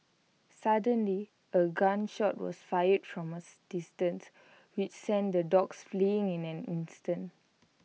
suddenly A gun shot was fired from A distance which sent the dogs fleeing in an instant